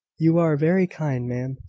you are very kind, ma'am,